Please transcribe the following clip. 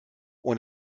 und